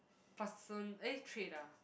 person eh trait ah